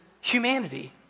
humanity